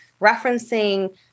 referencing